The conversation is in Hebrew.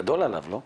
גדול עליו, לא?